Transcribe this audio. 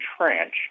trench